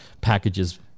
packages